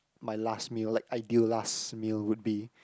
my last meal like ideal last meal would be